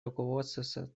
руководствоваться